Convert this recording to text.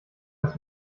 als